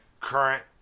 current